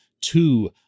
two